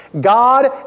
God